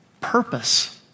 purpose